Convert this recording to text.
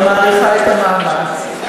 אני מעריכה את המאמץ.